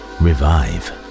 revive